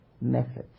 methods